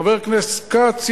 חבר הכנסת כץ,